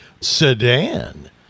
sedan